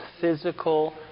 physical